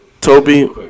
Toby